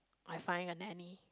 I find a nanny